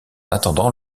attendant